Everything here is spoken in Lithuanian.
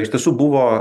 iš tiesų buvo